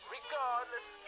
Regardless